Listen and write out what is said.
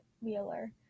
Wheeler